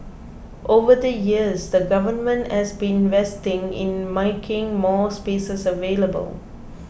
over the years the Government has been investing in making more spaces available